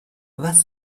was